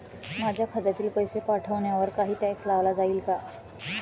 माझ्या खात्यातील पैसे पाठवण्यावर काही टॅक्स लावला जाईल का?